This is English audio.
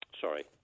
sorry